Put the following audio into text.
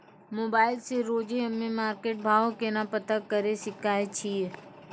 Mobile से रोजे हम्मे मार्केट भाव केना पता करे सकय छियै?